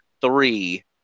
three